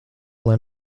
lai